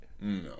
No